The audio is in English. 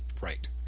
right